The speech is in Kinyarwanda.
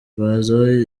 bazi